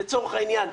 לצורך העניין,